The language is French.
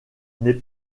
n’est